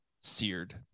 seared